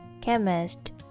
chemist